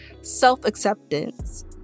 self-acceptance